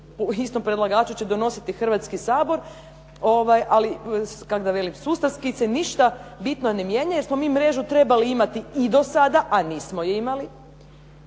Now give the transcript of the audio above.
istom predlagaču će donositi Hrvatski sabor ali kak' da velim sustavski se ništa bitno ne mijenja jer smo mi mrežu trebali imati i do sada, a nismo je imali